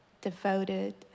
devoted